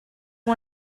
que